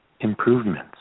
improvements